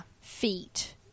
Feet